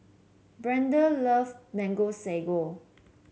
Brendan love Mango Sago